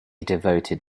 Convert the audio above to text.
devoted